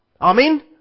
Amen